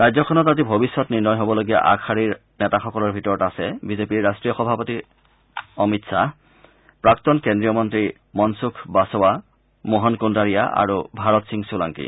ৰাজ্যখনত আজি ভৱিষ্যত নিৰ্ণয় হ'বলগীয়া আগশাৰীৰ নেতাসকলৰ ভিতৰত আছে বিজেপিৰ ৰাষ্ট্ৰীয় সভাপতি অমিত খাহ প্ৰাক্তন কেন্দ্ৰীয় মন্ত্ৰী মনছুখ বাছৱা মোহন কুন্দাৰীয়া আৰু ভাৰত সিং চোলাংকী